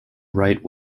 right